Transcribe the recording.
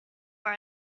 for